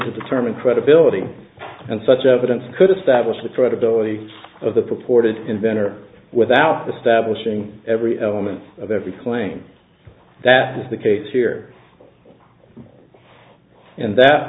determine credibility and such evidence could establish the credibility of the purported inventor without the stubble showing every element of every claim that is the case here and that